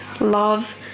love